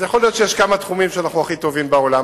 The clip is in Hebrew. אז יכול להיות שיש כמה תחומים שאנחנו הכי טובים בעולם.